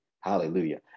hallelujah